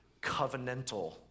covenantal